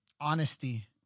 honesty